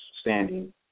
standing